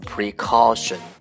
Precaution